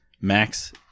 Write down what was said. Max